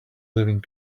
living